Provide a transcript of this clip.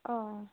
অঁ অঁ